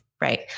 right